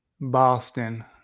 Boston